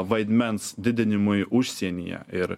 vaidmens didinimui užsienyje ir